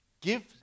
Give